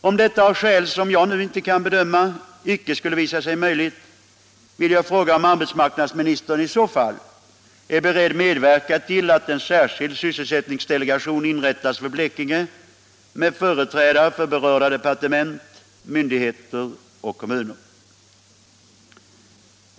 Om detta, av skäl som jag inte nu kan bedöma, icke skulle visa sig möjligt, vill jag fråga om arbetsmarknadsministern i så fall är beredd medverka till att en särskild sysselsättningsdelegation inrättas för Blekinge med företrädare för berörda departement, myndigheter och kommuner.